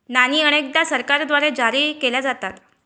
नाणी अनेकदा सरकारद्वारे जारी केल्या जातात